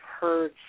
heard